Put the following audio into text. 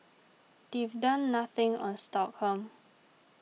they've done nothing on sorghum